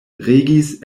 regis